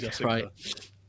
Right